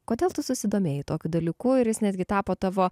kodėl tu susidomėjai tokiu dalyku ir jis netgi tapo tavo